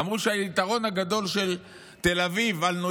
אמרו שהיתרון הגדול של תל אביב על ניו